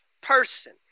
person